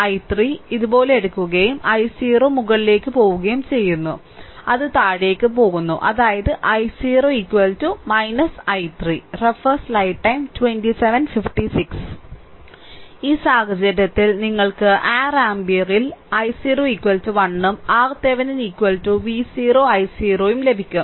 i 3 ഇതുപോലെ എടുക്കുകയും i0 മുകളിലേക്ക് പോകുകയും ചെയ്യുന്നുഅത് താഴേക്ക് പോകുന്നു അതായത്i0 i3 ഈ സാഹചര്യത്തിൽ നിങ്ങൾക്ക് 6 ആമ്പിയറിൽ i0 1 ഉം RThevenin V0 i0 V0 ഉം ലഭിക്കും